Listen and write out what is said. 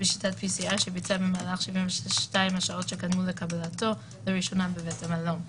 בשיטת pcr שביצע במהלך 72 השעות שקדמו לקבלתו לראשונה בבית המלון;״.